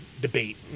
debate